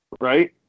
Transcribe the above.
Right